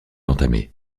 entamé